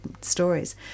stories